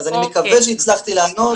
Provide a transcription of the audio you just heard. אז אני מקווה שהצלחתי לענות.